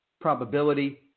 probability